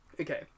Okay